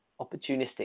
opportunistic